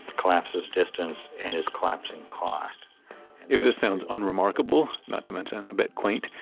collapses distance and is collapsing cost if this sounds unremarkable, not to mention a bit quaint,